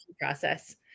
process